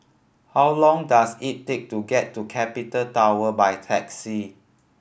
how long does it take to get to Capital Tower by taxi